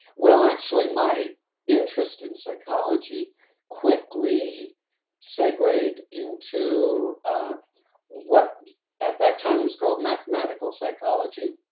well, actually, my interest in psychology quickly segwayed into what at that time was called mathematical psychology.